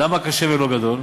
למה קשה ולא גדול?